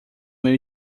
meu